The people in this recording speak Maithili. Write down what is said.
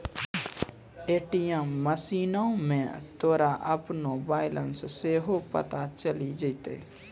ए.टी.एम मशीनो मे तोरा अपनो बैलेंस सेहो पता चलि जैतै